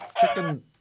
Chicken